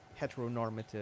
heteronormative